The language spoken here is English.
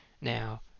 Now